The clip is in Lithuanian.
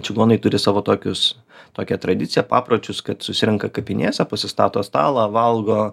čigonai turi savo tokius tokią tradiciją papročius kad susirenka kapinėse pasistato stalą valgo